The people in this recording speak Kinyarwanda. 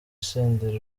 senderi